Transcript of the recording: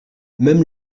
même